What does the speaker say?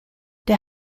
der